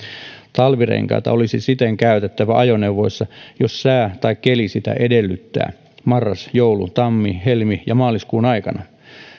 talvirenkaita olisi siten käytettävä ajoneuvoissa jos sää tai keli sitä edellyttää marras joulu tammi helmi ja maaliskuun aikana